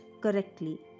correctly